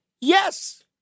Yes